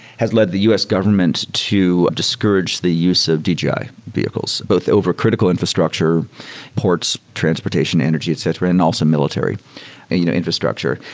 has led the u s. government to discourage the use of dji dji vehicles both over critical infrastructure ports, transportation, energy, etc, and also military and you know infrastructure.